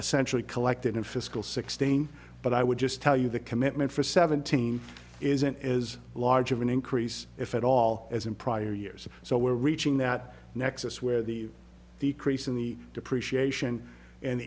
essentially collected in fiscal sixteen but i would just tell you the commitment for seventeen isn't as large of an increase if at all as in prior years so we're reaching that nexus where the the crease in the depreciation an